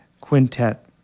Quintet